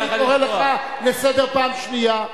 חבר הכנסת חסון, אני קורא אותך לסדר פעם ראשונה.